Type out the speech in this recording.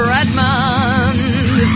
Redmond